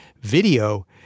video